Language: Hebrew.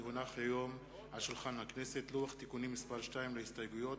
כי הונח היום על שולחן הכנסת לוח תיקונים מס' 2 להסתייגויות